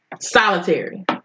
solitary